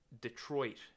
Detroit